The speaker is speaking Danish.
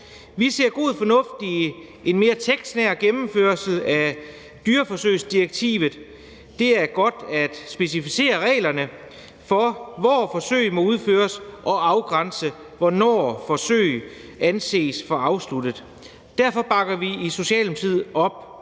Vi ser god fornuft i en mere tekstnær gennemførelse af dyreforsøgsdirektivet. Det er godt at specificere reglerne for, hvor forsøg må udføres, og afgrænse, hvornår forsøg anses for afsluttet. Derfor bakker vi i Socialdemokratiet op